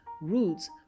Roots